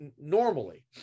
normally